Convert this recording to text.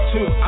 Two